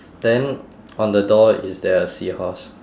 then on the door is there a seahorse